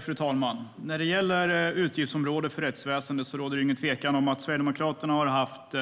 Fru talman! När det gäller utgiftsområdet för rättsväsendet råder det ingen tvekan om att Sverigedemokraterna har haft